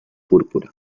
púrpura